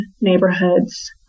neighborhoods